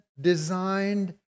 designed